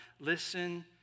Listen